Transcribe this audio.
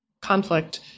conflict